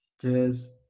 cheers